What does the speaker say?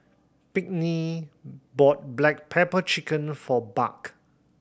Pinkney bought black pepper chicken for Buck